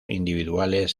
individuales